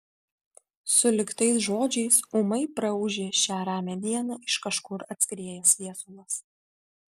sulig tais žodžiais ūmai praūžė šią ramią dieną iš kažkur atskriejęs viesulas